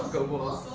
go bulls.